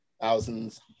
thousands